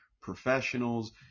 professionals